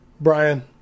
Brian